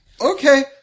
Okay